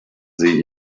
sie